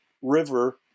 river